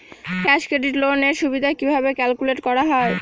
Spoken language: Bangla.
ক্যাশ ক্রেডিট লোন এর সুদ কিভাবে ক্যালকুলেট করা হয়?